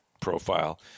profile